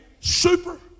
super